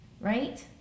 Right